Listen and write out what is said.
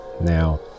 Now